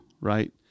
Right